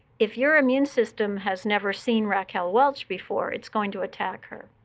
if your immune system has never seen raquel welch before, it's going to attack her.